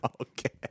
Okay